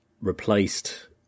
replaced